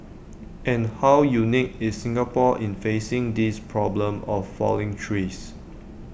and how unique is Singapore in facing this problem of falling trees